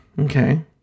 Okay